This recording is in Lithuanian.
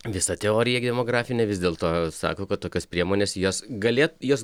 visa teorija demografinė vis dėlto sako kad tokios priemonės jos galėt jos